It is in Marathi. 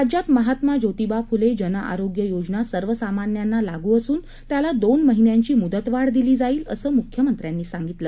राज्यात महात्मा जोतिबा फुले जनआरोग्य योजना सर्वसामान्यांना लागू असून त्याला दोन महिन्यांची मुदतवाढ दिली जाईल असं मुख्यमंत्री म्हणाले